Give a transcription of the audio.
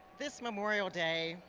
this memorial day,